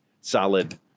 solid